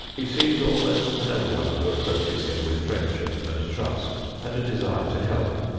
he sees almost no one who approaches him with friendship and trust and a desire to help,